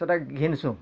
ସେଟା ଘିନସୁ